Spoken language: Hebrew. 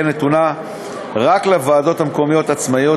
נתונה רק לוועדות מקומיות עצמאיות,